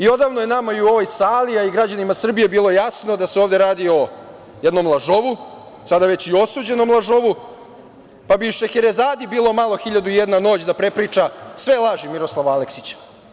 Odavno je nama i u ovoj sali i građanima Srbije bilo jasno da se ovde radi o jednom lažovu, sada već i osuđenom lažovu, pa bi i Šeherezadi bilo malo 1000 i jedna noć da prepriča sve laži Miroslava Aleksića.